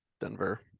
Denver